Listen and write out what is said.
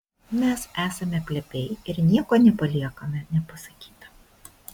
mes esame plepiai ir nieko nepaliekame nepasakyta